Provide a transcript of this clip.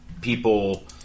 people